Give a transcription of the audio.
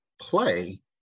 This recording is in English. play